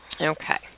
Okay